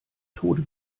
tode